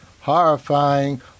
horrifying